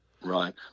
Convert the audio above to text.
Right